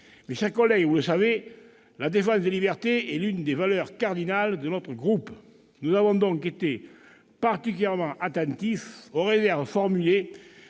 Mes chers collègues, vous le savez, la défense des libertés est l'une des valeurs cardinales de notre groupe. Nous avons donc été particulièrement attentifs aux réserves formulées